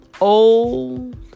Old